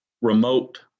remote